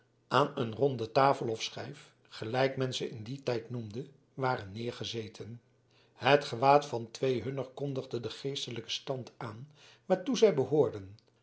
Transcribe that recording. aan een ronde tafel of schijf gelijk men ze in dien tijd noemde waren neergezeten het gewaad van twee hunner kondigde den geestelijken stand aan waartoe zij behoorden